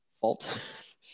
fault